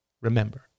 remember